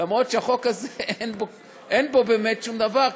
למרות שבחוק הזה אין באמת שום דבר,